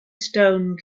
stone